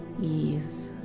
ease